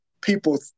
people